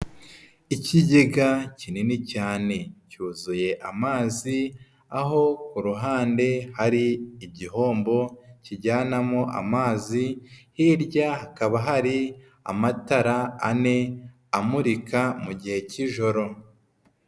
Ikigega kinini cyane cyuzuye amazi aho ku ruhande hari igihombo kijyanamo amazi, hirya hakaba hari amatara ane amurika mu gihe cy'ijoro.